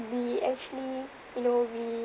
we actually you know we